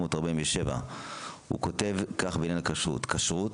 1947. הוא כותב כך בעניין הכשרות: כשרות.